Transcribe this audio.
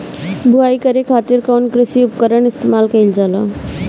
बुआई करे खातिर कउन कृषी उपकरण इस्तेमाल कईल जाला?